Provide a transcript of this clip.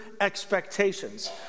expectations